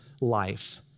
life